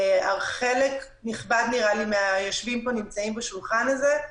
חלק נכבד מהיושבים פה נמצאים בשולחן הזה.